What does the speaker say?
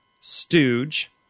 stooge